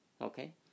Okay